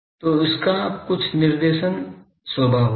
तो इसका कुछ निर्देशन स्वभाव होगा